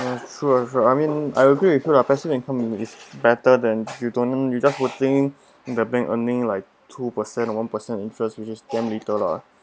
ya true ah true ah I mean I agree with you ah passive income is better than you don't you just putting in the bank earnings like two percent or one percent interest which is damn little lah